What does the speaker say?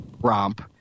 romp